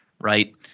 right